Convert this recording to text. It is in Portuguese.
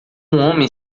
homem